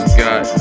god